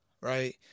right